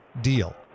deal